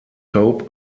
soap